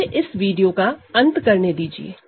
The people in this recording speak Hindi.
मुझे इस वीडियो का अंत करने दीजिए